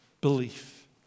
belief